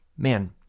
man